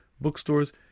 bookstores